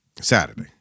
Saturday